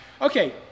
Okay